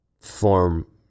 form